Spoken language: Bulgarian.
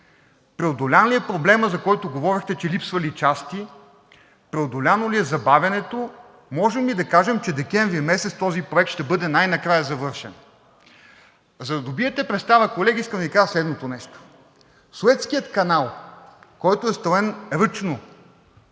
Преодолян ли е проблемът, за който говорихте, че липсвали части? Преодоляно ли е забавянето? Можем ли да кажем, че през декември месец този проект най-накрая ще бъде завършен? За да добиете представа, колеги, искам да Ви кажа следното нещо: Суецкият канал, който е строен ръчно,